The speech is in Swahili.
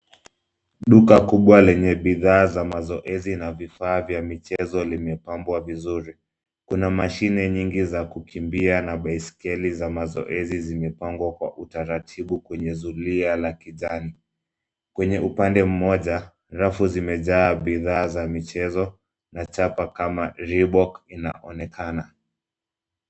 Duka kubwa lenya bidhaa za mazoezi na vifaa vya michezo limepambwa vizuri. Kuna mashine nyingi za kukimbia na baiskeli za mazoezi zimepangwa kwa utaratibu kwenye zulia la kijani. Kwenye upande mmoja rafu zimejaa bidhaa za michezo na chapa kama Reebok inaonekana.